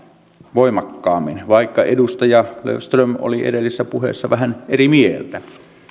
voimakkaammin vaikka edustaja löfström oli edellisessä puheessa vähän eri mieltä